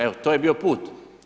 Evo to je bio put.